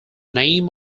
name